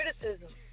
criticism